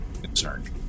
concerned